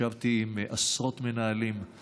מנהל את